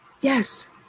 Yes